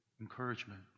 encouragement